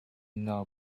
know